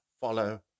follow